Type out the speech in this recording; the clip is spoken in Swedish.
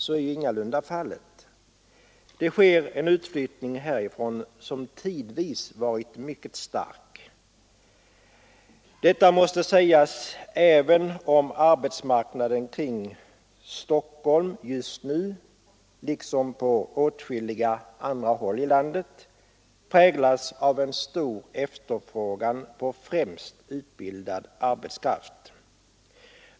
Så är ingalunda fallet. Det sker en utflyttning härifrån som tidvis varit mycket stark. Detta måste sägas, även om arbetsmarknaden kring Stockholm — liksom på åtskilliga andra håll i landet — just nu präglas av en stor efterfrågan på främst utbildad arbetskraft.